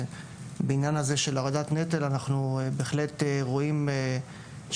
בעניין הזה של הורדת נטל אנחנו בהחלט רואים שיש